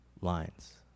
lines